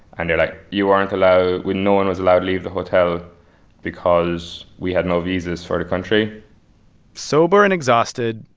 and they were like, you aren't allowed. no one was allowed leave the hotel because we had no visas for the country sober and exhausted,